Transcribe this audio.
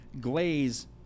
glaze